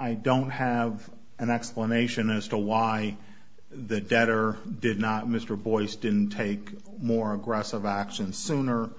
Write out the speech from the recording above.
i don't have an explanation as to why the debtor did not mr boies didn't take more aggressive action sooner